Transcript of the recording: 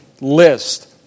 list